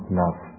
love